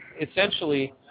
essentially